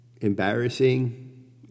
embarrassing